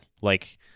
Like-